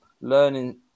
learning